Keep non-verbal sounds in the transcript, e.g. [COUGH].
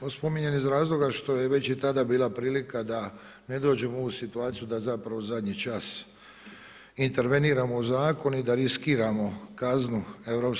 Ovo spominjem iz razloga što je već i tada bila prilika da ne dođemo u ovu situaciju da zapravo u zadnji čas interveniramo u … [UNINTELLIGIBLE] ni da riskiramo kaznu EU